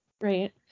Right